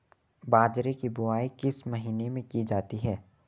बाजरे की बुवाई किस महीने में की जाती है?